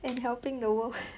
and helping the world